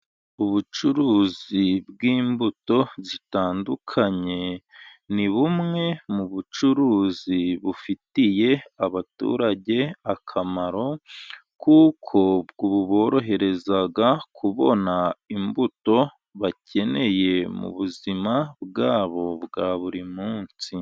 Ubucuruzi bw'imbuto zitandukanye. Ni bumwe mu bucuruzi bufitiye abaturage akamaro, kuko buborohereza kubona imbuto bakeneye mu buzima bwabo bwa buri munsi.